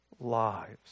lives